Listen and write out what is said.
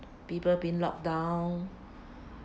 people been locked down